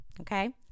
okay